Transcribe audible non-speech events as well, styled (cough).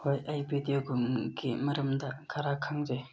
ꯍꯣꯏ ꯑꯩ ꯚꯤꯗꯤꯑꯣ (unintelligible) ꯃꯔꯝꯗ ꯈꯔ ꯈꯪꯖꯩ